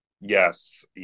Yes